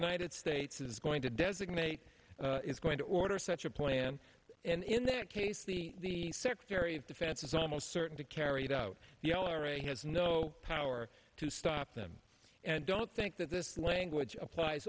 united states is going to designate is going to order such a plan and in that case the secretary of defense is almost certain to carry out the already has no power to stop them and don't think that this language applies